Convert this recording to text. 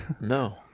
No